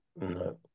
No